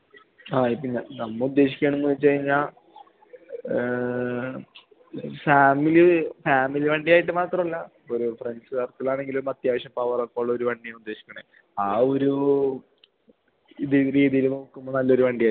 ആ പിന്നെ നമ്മൾ ഉദ്ദേശിക്കുകയാണെന്ന് വെച്ച് കഴിഞ്ഞാൽ ഇപ്പം ഫാമിലി ഫാമിലി വണ്ടിയായിട്ട് മാത്രമല്ല ഒരു ഫ്രണ്ട്സ്സ് സർക്കിളാണെങ്കിലും അത്യാവശ്യം പവറക്കെ ഉള്ളൊരു വണ്ടിയാണ് ഉദ്ദേശിക്കണത് ആ ഒരു രീതിയിൽ നോക്കുമ്പം നല്ലൊരു വണ്ടിയായിരിക്കുമോ